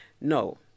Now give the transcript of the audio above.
No